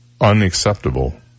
unacceptable